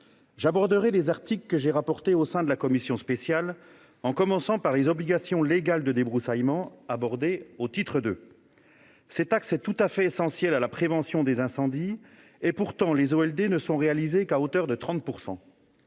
J'aborderai les articles dont j'étais chargé au sein de la commission spéciale, en commençant par les obligations légales de débroussaillement, abordées au titre II. Si cet axe est tout à fait essentiel à la prévention des incendies, les OLD ne sont pourtant respectées qu'à hauteur de 30 %.